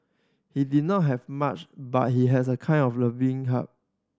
he did not have much but he has a kind of loving heart